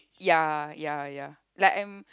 ya ya ya like I'm